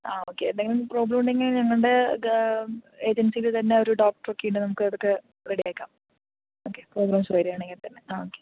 ആ ഓക്കേ എന്തെങ്കിലും പ്രോബ്ലം ഉണ്ടെങ്കിൽ ഞങ്ങളടെ എജൻസിയിൽ തന്നെ ഒരു ഡോക്ടറൊക്കെ ഇണ്ട് നമ്മുക്കതൊക്കെ റെഡിയാക്കാം ഓക്കേ പ്രോബ്ലെംസ് വരികയാണെങ്കിൽ തന്നെ ആ ഓക്കേ